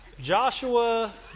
Joshua